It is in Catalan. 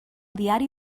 diari